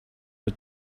had